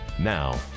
Now